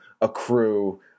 accrue